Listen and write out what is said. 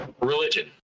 Religion